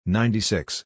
ninety-six